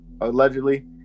Allegedly